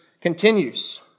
continues